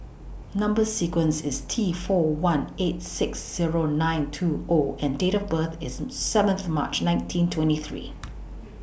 Number sequence IS T four one eight six Zero nine two O and Date of birth IS seventh March nineteen twenty three